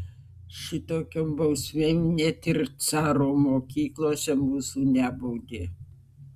šitokiom bausmėm net ir caro mokyklose mūsų nebaudė